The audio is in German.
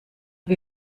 wie